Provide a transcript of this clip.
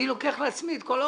אני לוקח לעצמי את כל האופציות.